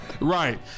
Right